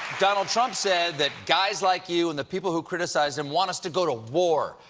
donald trump said that guys like you and the people who criticized him want us to go to war.